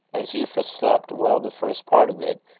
as euphra slept well the first part of it,